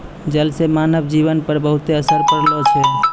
जल से मानव जीवन पर बहुते असर पड़लो छै